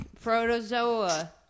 Protozoa